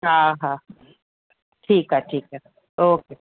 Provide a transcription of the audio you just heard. हा हा ठीकु आहे ठीकु आहे ओके